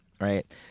right